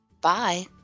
Bye